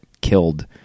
killed